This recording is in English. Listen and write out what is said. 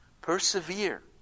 Persevere